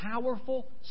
powerful